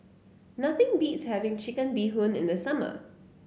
nothing beats having Chicken Bee Hoon in the summer